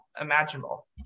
imaginable